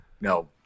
no